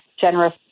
generous